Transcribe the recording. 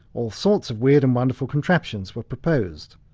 all sorts of weird and wonderful contraptions were proposed.